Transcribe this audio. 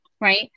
right